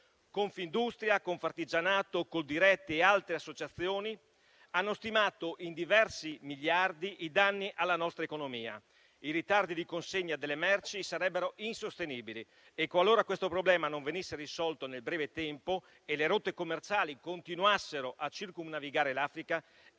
Confindustria, Confartigianato, Coldiretti e altre associazioni, hanno stimato in diversi miliardi i danni alla nostra economia. I ritardi di consegna delle merci sarebbero insostenibili e qualora questo problema non venisse risolto nel breve tempo e le rotte commerciali continuassero a circumnavigare l'Africa,